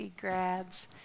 grads